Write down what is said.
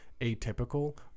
atypical